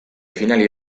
finali